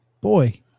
boy